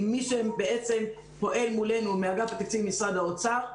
עם מי שפועל מולנו מאגף התקציבי במשרד האוצר.